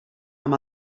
amb